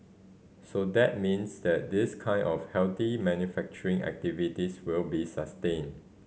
so that means that this kind of healthy manufacturing activities will be sustained